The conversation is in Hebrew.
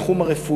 או התחום הרפואי.